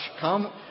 Come